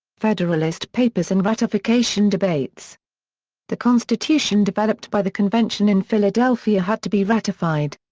federalist papers and ratification debates the constitution developed by the convention in philadelphia had to be ratified.